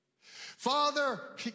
Father